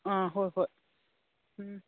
ꯑꯥ ꯍꯣꯏ ꯍꯣꯏ ꯎꯝ